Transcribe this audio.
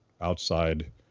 outside